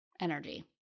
energy